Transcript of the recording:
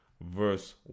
verse